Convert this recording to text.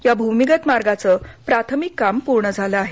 याभूमिगत मार्गाचं प्राथमिक कामपूर्णझालं आहे